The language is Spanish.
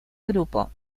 grupo